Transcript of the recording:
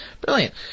Brilliant